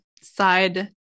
side